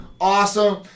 awesome